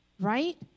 right